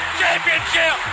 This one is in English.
championship